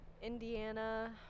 indiana